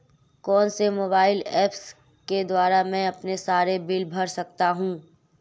कौनसे mobile apps के द्वारा मैं अपने सारे बिल भर सकता हूं?